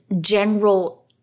general